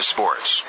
Sports